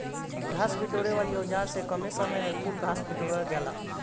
घास बिटोरे वाली औज़ार से कमे समय में कुल घास बिटूरा जाला